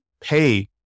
pay